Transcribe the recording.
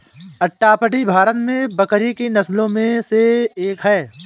अट्टापडी भारत में बकरी की नस्लों में से एक है